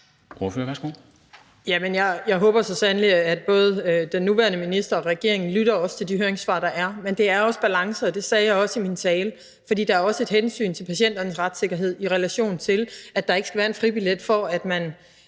jeg håber så sandelig, at både den nuværende minister og regeringen lytter til de høringssvar, der kommer. Men det er en balance, og det sagde jeg også i min tale, for der er også et hensyn til patienternes retssikkerhed, i relation til at der ikke skal være en fribillet, hvad